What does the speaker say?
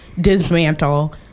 Dismantle